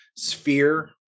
sphere